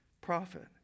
prophet